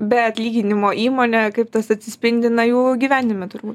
be atlyginimo įmonė kaip tas atsispindi na jų gyvenime turbūt